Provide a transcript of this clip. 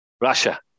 Russia